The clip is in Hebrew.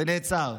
וזה נעצר.